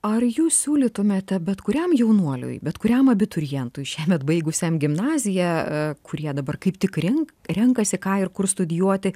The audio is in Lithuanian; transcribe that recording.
ar jūs siūlytumėte bet kuriam jaunuoliui bet kuriam abiturientui šiemet baigusiam gimnaziją kurie dabar kaip tik rink renkasi ką ir kur studijuoti